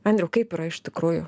andriau kaip yra iš tikrųjų